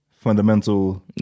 fundamental